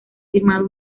firmado